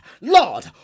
Lord